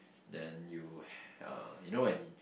then you uh you know when